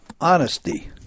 honesty